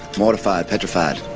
mortified, petrified,